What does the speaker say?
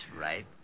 right